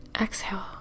Exhale